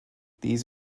these